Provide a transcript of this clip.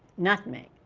nutmeg,